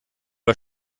war